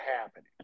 happening